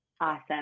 Awesome